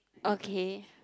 okay